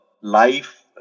life